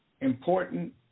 important